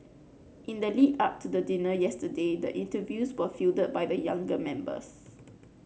in the lead up to the dinner yesterday the interviews were fielded by the younger members